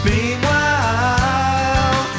Meanwhile